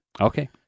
Okay